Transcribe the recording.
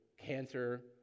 cancer